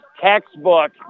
textbook